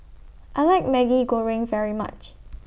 I like Maggi Goreng very much